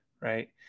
right